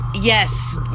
Yes